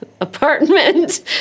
apartment